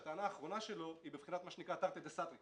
הטענה האחרונה שלו היא בבחינת תרתי דה סתרי,